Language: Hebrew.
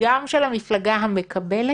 תימסר בתוך 24 שעות מהמועד שבו חבר הכנסת המכהן